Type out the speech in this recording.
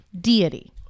Deity